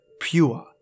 pure